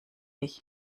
ich